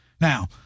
Now